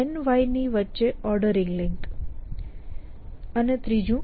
y વચ્ચે ordering link અને StackN